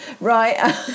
right